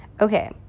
Okay